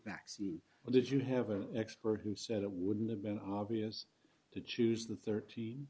vaccine or did you have an expert who said it wouldn't have been obvious to choose the thirteen